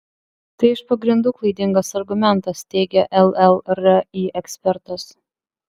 tai iš pagrindų klaidingas argumentas teigia llri ekspertas